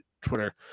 Twitter